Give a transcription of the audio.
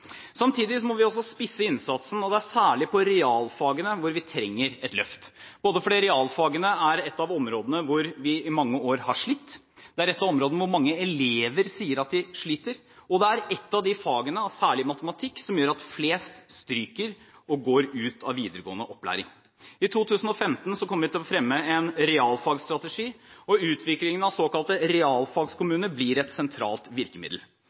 Samtidig må vi også spisse innsatsen, særlig mot realfagene, hvor vi trenger et løft, både fordi realfagene er et av områdene hvor vi i mange år har slitt, det er et av områdene hvor mange elever sier at de sliter, og det er blant de fagene – særlig matematikk – at flest stryker, noe som gjør at de går ut av videregående opplæring. I 2015 kommer vi til å fremme en realfagsstrategi, og utviklingen av såkalte realfagskommuner blir et sentralt virkemiddel.